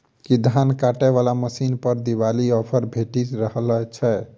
की धान काटय वला मशीन पर दिवाली ऑफर भेटि रहल छै?